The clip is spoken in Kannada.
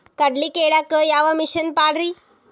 ಕಡ್ಲಿ ಕೇಳಾಕ ಯಾವ ಮಿಷನ್ ಪಾಡ್ರಿ?